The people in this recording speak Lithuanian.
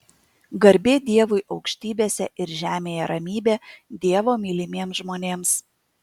garbė dievui aukštybėse ir žemėje ramybė dievo mylimiems žmonėms